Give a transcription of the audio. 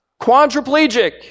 quadriplegic